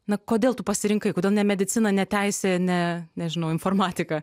na kodėl tu pasirinkai kodėl ne medicina ne teisė ne nežinau informatika